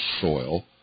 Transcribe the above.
soil